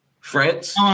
France